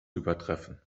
übertreffen